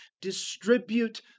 distribute